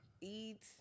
eat